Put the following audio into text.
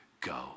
go